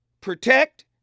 Protect